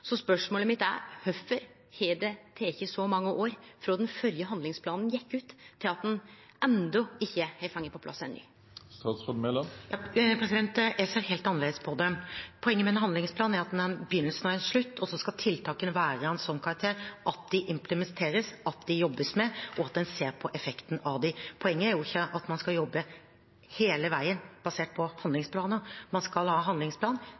Så spørsmålet mitt er: Kvifor har det teke så mange år frå den førre handlingsplanen gjekk ut, utan at ein har fått på plass ein ny? Jeg ser helt annerledes på det. Poenget med en handlingsplan er at den har en begynnelse og en slutt, og så skal tiltakene være av en sånn karakter at de implementeres, at de jobbes med, og at en ser på effekten av dem. Poenget er jo ikke at man skal jobbe hele veien basert på handlingsplaner. Man skal ha en handlingsplan,